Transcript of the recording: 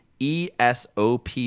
ESOP